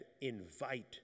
invite